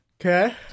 Okay